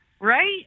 Right